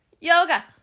Yoga